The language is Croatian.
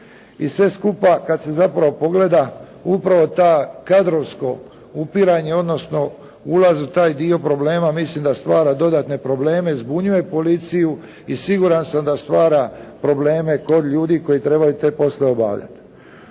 I sve skupa kada se zapravo pogleda, upravo to kadrovsko upiranje, odnosno ulaz u taj dio problema mislim da stvara dodatne probleme i zbunjuje policiju i siguran sam da stvara probleme kod ljudi koji trebaju te poslove obavljati.